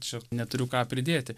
čia neturiu ką pridėti